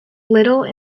little